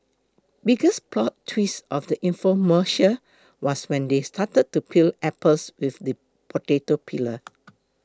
biggest plot twist of the infomercial was when they started to peel apples with the potato peeler